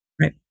Right